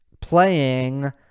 playing